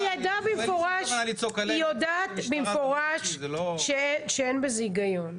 היא יודעת במפורש שאין בזה הגיון.